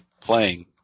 playing